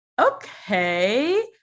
okay